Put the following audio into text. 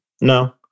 No